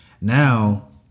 Now